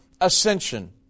ascension